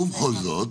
ובכל זאת?